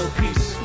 peace